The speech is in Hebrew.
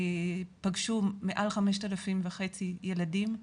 פגשו מעל 5,500 ילדים.